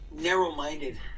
narrow-minded